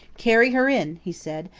carry her in, he said,